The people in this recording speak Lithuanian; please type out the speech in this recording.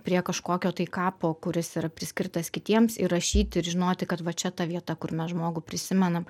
prie kažkokio tai kapo kuris yra priskirtas kitiems įrašyti ir žinoti kad va čia ta vieta kur mes žmogų prisimenam